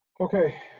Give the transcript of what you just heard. okay,